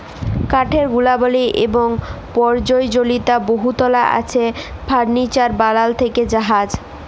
কাঠের গুলাবলি এবং পরয়োজলীয়তা বহুতলা আছে ফারলিচার বালাল থ্যাকে জাহাজ